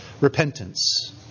repentance